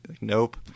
Nope